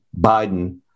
Biden